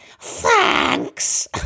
Thanks